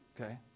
okay